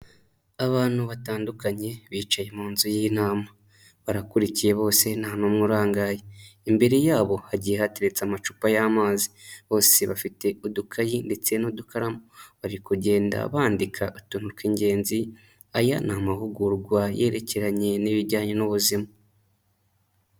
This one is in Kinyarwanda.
Abantu batandukanye bicaye mu nzu y'inama, barakurikiye bose nta n'umwe urangaye, imbere yabo hagiye hateretse amacupa y'amazi, bose bafite udukayi ndetse n'udukaramu, bari kugenda bandika atuntu tw'ingenzi, aya ni amahugurwa yerekeranye n'ibijyanye n'ubuzima.